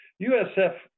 USF